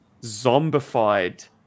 zombified